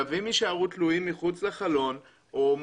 כלבים יישארו תלויים מחוץ לחלון או שיהיו